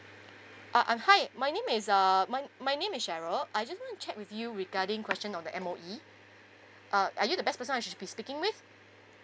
uh uh hi my name is err my my name is cheryl I just to check with you regarding question on the M_O_E uh are you the best person I shoud be speaking with